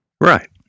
Right